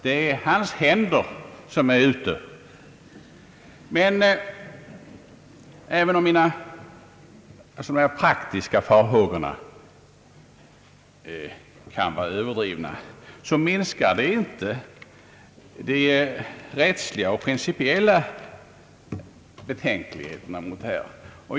Det är hans händer som är i farten. Men även om dessa praktiska farhågor skulle vara överdrivna, så minskar detta inte de rättsliga och principiella betänkligheterna.